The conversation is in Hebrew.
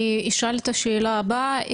אני אשאל את השאלה הבאה.